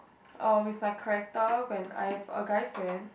uh with my character when I have a guy friend